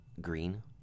green